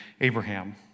Abraham